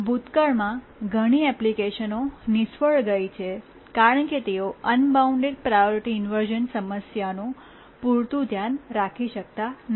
ભૂતકાળમાં ઘણી એપ્લિકેશનો નિષ્ફળ ગઈ છે કારણ કે તેઓ અનબાઉન્ડ પ્રાયોરિટી ઇન્વર્શ઼ન સમસ્યાનું પૂરતું ધ્યાન રાખી શકતા નથી